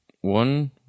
one